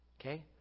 Okay